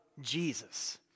Jesus